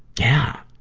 yeah.